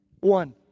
One